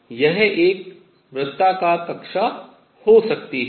और यह एक वृत्ताकार कक्षा हो सकती है